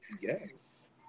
Yes